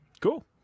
Cool